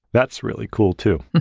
that's really cool, too.